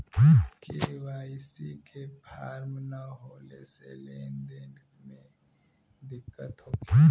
KYC के form न होले से लेन देन में दिक्कत होखी?